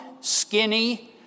skinny